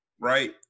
right